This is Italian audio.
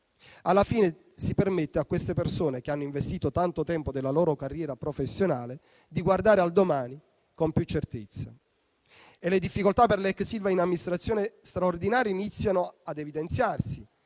Alla fine si permetterebbe a queste persone, che hanno investito tanto tempo della loro carriera professionale, di guardare al domani con più certezze. Le difficoltà per l'ex Ilva in amministrazione straordinaria iniziano ad evidenziarsi